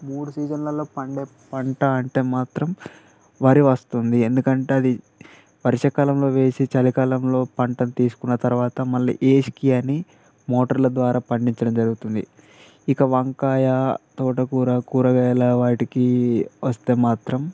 మూడు సీజన్లలో పండే పంట అంటే మాత్రం వరి వస్తుంది ఎందుకంటే అది వర్షా కాలంలో వేసి చలి కాలంలో పంట తీసుకున్న తర్వాత మళ్ళి ఏసికి అని మోటార్ల ద్వారా పండించడం జరుగుతుంది ఇక వంకాయ తోటకూర కూరగాయల వాటికి వస్తే మాత్రం